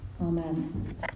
Amen